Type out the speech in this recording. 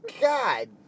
God